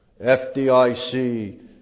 FDIC